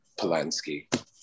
Polanski